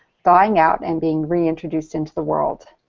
thawing out and being re-introduced into the world?